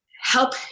help